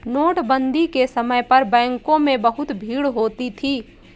नोटबंदी के समय पर बैंकों में बहुत भीड़ होती थी